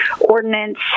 ordinance